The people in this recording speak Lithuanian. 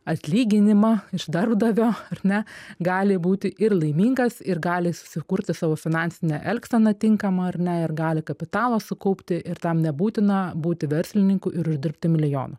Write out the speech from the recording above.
atlyginimą iš darbdavio ar ne gali būti ir laimingas ir gali susikurti savo finansinę elgseną tinkamą ar ne ir gali kapitalo sukaupti ir tam nebūtina būti verslininku ir uždirbti milijoną